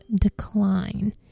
Decline